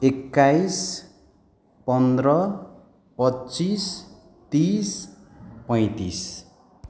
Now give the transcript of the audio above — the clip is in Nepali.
एक्काइस पन्ध्र पच्चिस तिस पैँतिस